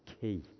key